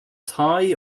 thai